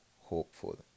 hopeful